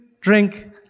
drink